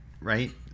right